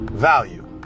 value